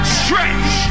stretch